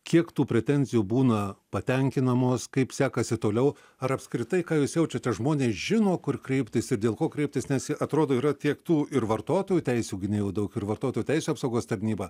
kiek tų pretenzijų būna patenkinamos kaip sekasi toliau ar apskritai ką jūs jaučiate žmonės žino kur kreiptis ir dėl ko kreiptis nes atrodo yra tiek tų ir vartotojų teisių gynėjų daug ir vartotojų teisių apsaugos tarnyba